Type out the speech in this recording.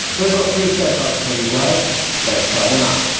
we have got three setups for you guys let's try them out!